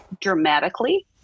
dramatically